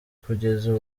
kugeza